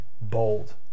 bold